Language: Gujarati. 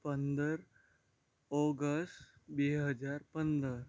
પંદર ઓગસ્ટ બે હજાર પંદર